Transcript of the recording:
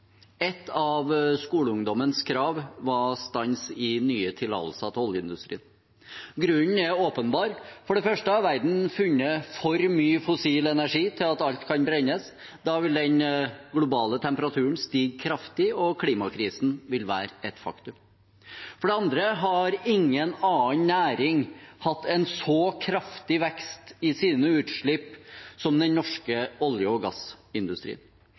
Et av skoleungdommens krav var stans i nye tillatelser til oljeindustrien. Grunnen er åpenbar: For det første har verden funnet for mye fossil energi til at alt kan brennes. Da vil den globale temperaturen stige kraftig, og klimakrisen vil være et faktum. For det andre har ingen annen næring hatt en så kraftig vekst i sine utslipp som den norske olje- og gassindustrien.